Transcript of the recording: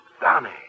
Donnie